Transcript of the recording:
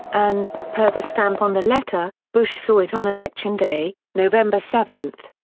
and, per the stamp on the letter, bush saw it on election day, november seven.